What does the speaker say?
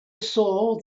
saw